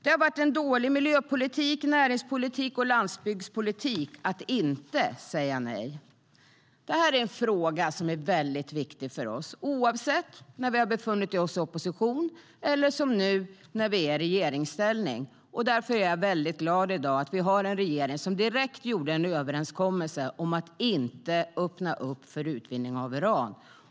Det har varit en dålig miljöpolitik, näringspolitik och landsbygdspolitik att inte säga nej. Det här är en fråga som är mycket viktig för oss oavsett om vi befinner oss i opposition eller i regeringsställning. Därför är jag i dag glad över att vi har en regering som direkt ingick en överenskommelse om att inte öppna för utvinning av uran.